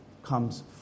comes